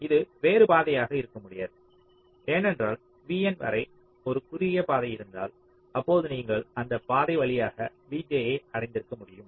இது வேறு பாதையாக இருக்க முடியாது ஏனென்றால் vn வரை ஒரு குறுகிய பாதை இருந்தால் அப்பொழுது நீங்கள் அந்தப் பாதை வழியாக vj ஐ அடைந்திருக்க முடியும்